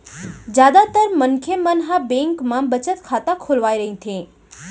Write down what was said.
जादातर मनखे मन ह बेंक म बचत खाता खोलवाए रहिथे